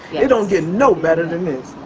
it don't get no better than this.